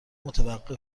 متوقف